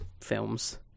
films